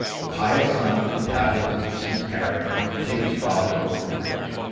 the pious son with the tablet of his deceased parent comes to take his father over the bridge.